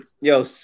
Yo